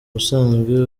busanzwe